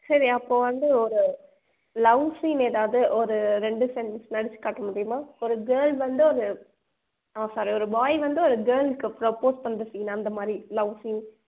சரி அப்போ வந்து ஒரு லவ் சீன் எதாவது ஒரு ரெண்டு சென்டன்ஸ் நடிச்சு காட்ட முடியுமா ஒரு கேர்ள் வந்து ஒரு சாரி ஒரு பாய் வந்து ஒரு கேர்ள்க்கு ப்ரொபோஸ் பண்ணுற சீன் அந்தமாதிரி லவ் சீன்